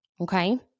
Okay